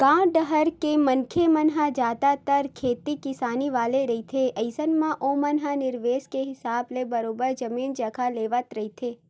गाँव डाहर के मनखे मन ह जादतर खेती किसानी वाले ही रहिथे अइसन म ओमन ह निवेस के हिसाब ले बरोबर जमीन जघा लेवत रहिथे